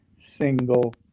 single